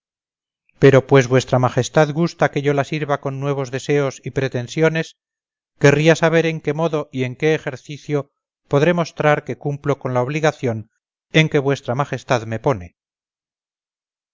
pero pues v majestad gusta que yo la sirva con nuevos deseos y pretensiones querría saber en qué modo y en qué ejercicio podré mostrar que cumplo con la obligación en que v majestad me pone